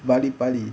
ppali ppali